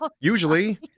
Usually